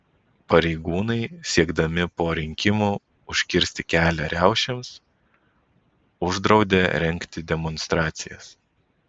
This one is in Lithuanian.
pareigūnai siekdami po rinkimų užkirsti kelią riaušėms uždraudė rengti demonstracijas